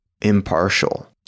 impartial